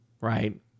right